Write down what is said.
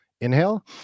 inhale